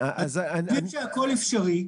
אז --- אני אגיד שהכול אפשרי,